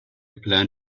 plan